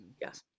yes